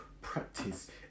practice